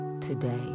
Today